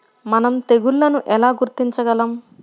మనం తెగుళ్లను ఎలా గుర్తించగలం?